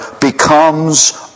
becomes